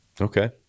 Okay